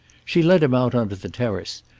she led him out onto the terrace,